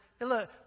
Look